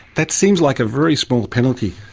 that seems like a very small penalty.